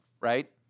right